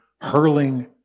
hurling